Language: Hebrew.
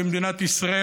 במדינת ישראל,